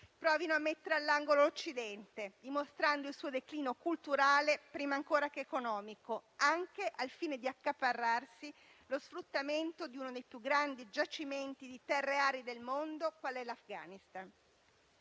provino a mettere all'angolo l'Occidente, dimostrando il suo declino culturale, prima ancora che economico, anche al fine di accaparrarsi lo sfruttamento di uno dei più grandi giacimenti di terre rare del mondo qual è l'Afghanistan.